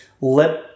let